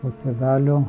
o tėvelio